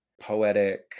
poetic